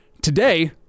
today